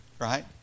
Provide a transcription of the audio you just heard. right